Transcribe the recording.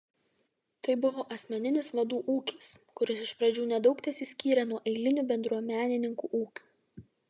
tai buvo asmeninis vadų ūkis kuris iš pradžių nedaug tesiskyrė nuo eilinių bendruomenininkų ūkių